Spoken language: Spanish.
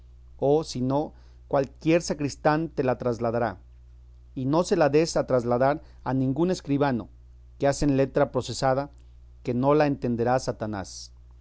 o si no cualquiera sacristán te la trasladará y no se la des a trasladar a ningún escribano que hacen letra procesada que no la entenderá satanás